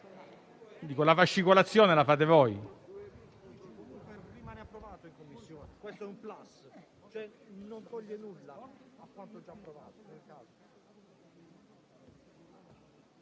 la fascicolazione la fate voi.